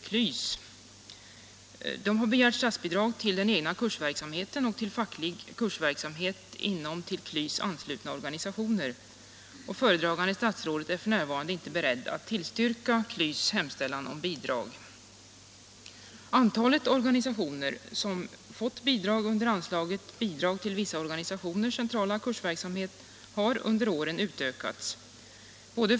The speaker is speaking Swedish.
KLYS har begärt statsbidrag till den egna kursverksamheten och till facklig kursverksamhet inom till KLYS anslutna organisationer. Föredragande statsråd är f. n. inte beredd att tillstyrka KLYS hemställan om bidrag. Antalet organisationer som får pengar från anslaget Bidrag till vissa organisationers centrala kursverksamhet har under åren utökats.